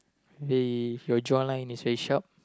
they if your jawline is very sharp